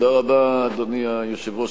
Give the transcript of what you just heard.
אדוני היושב-ראש,